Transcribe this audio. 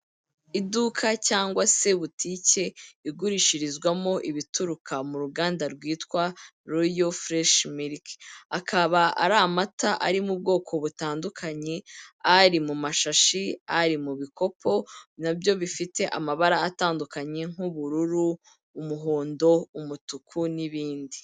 Iduka cyangwa se butike igurishirizwamo ibituruka mu ruganda rwitwa Royal fresh milk. Akaba ari amata ari mu bwoko butandukanye, ari mu mashashi, ari mu bikopo na byo bifite amabara atandukanye nk'ubururu, umuhondo, umutuku n'ibindi.